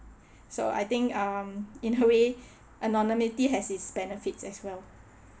so I think um in a way anonymity has its benefits as well